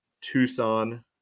Tucson